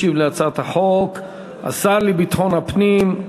ישיב על הצעת החוק השר לביטחון הפנים,